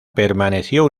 permaneció